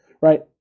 right